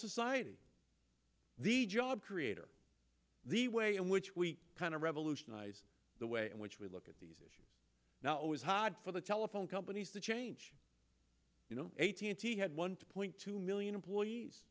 society the job creator the way in which we kind of revolutionize the way in which we look at these issues now is hard for the telephone companies to change you know eighteen t had one point two million employees